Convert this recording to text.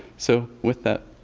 so, with that,